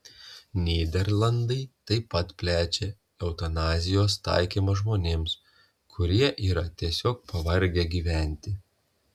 nyderlandai taip pat plečia eutanazijos taikymą žmonėms kurie yra tiesiog pavargę gyventi